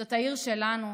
זאת העיר שלנו,